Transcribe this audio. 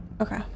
okay